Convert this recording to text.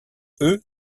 eux